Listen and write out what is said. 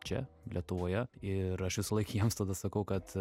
čia lietuvoje ir aš visąlaik jiems tada sakau kad